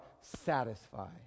satisfied